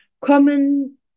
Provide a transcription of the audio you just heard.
common